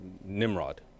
Nimrod